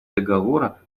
договора